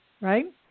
right